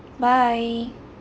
bye